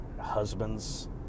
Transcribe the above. husbands